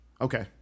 Okay